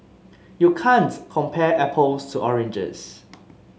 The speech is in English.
you can't compare apples to oranges